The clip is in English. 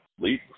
lead